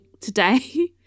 today